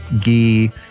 ghee